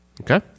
Okay